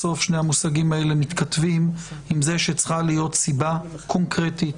בסוף שני המושגים האלה מתכתבים עם זה שצריכה להיות סיבה קונקרטית,